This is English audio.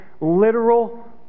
literal